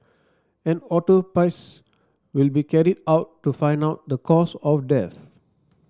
an autopsy will be carried out to find out the cause of death